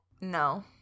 No